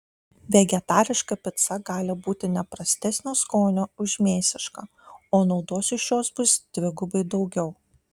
vegetariška pica gali būti ne prastesnio skonio už mėsišką o naudos iš jos bus dvigubai daugiau